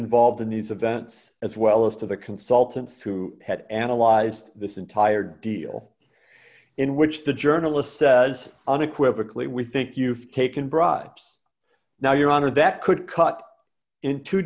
involved in these events as well as to the consultants who had analyzed this entire deal in which the journalist says unequivocally we think you've taken bribes now your honor that could cut into